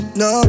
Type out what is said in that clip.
no